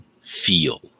feel